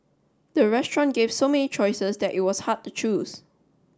the restaurant gave so many choices that it was hard to choose